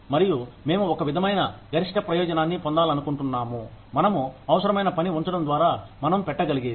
మరియు మేము ఒక విధమైన గరిష్ట ప్రయోజనాన్నిపొందాలనుకుంటున్నాము మనము అవసరమైన పని ఉంచడం ద్వారా మనం పెట్టగలిగేది